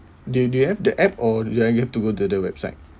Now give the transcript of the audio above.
do do you have the app or do I have to go to the website